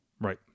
Right